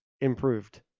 improved